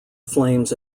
flames